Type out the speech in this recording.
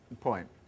point